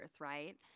right